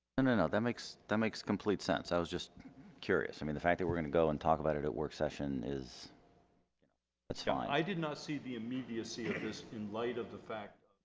and no that makes that makes complete sense i was just curious i mean the fact we're going to go and talk about it at work session is you know that's fine. i did not see the immediacy of this in light of the fact